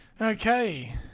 Okay